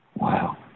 Wow